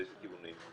באיזה כיוונים?